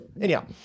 Anyhow